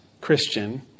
Christian